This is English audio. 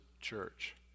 church